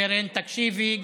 קרן, תקשיבי.